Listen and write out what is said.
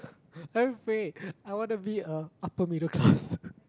have faith I want to be a upper middle class